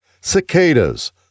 Cicadas